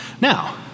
Now